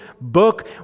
book